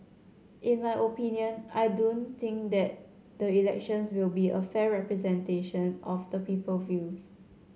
in my opinion I don't think that the elections will be a fair representation of the people views